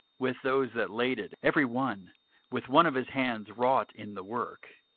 with those that laded, every one with one of his hands wrought in the work,